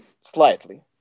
slightly